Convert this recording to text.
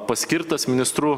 paskirtas ministru